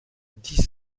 dix